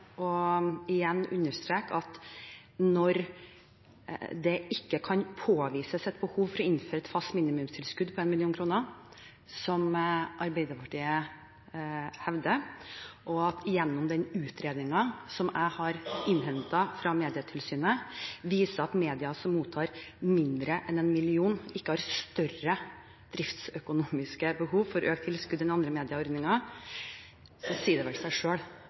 å innføre et fast minimumstilskudd på 1 mill. kr, slik Arbeiderpartiet hevder, og den utredningen som jeg har innhentet fra Medietilsynet, viser at medier som mottar mindre enn 1 mill. kr, ikke har større driftsøkonomiske behov for økt tilskudd enn andre medieordninger, så sier det seg vel